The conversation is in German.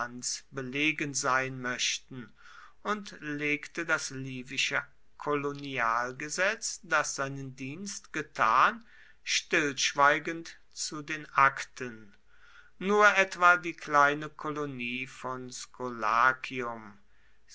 belegen sein möchten und legte das livische kolonialgesetz das seinen dienst getan stillschweigend zu den akten nur etwa die kleine kolonie von